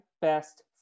best